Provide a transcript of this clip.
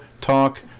Talk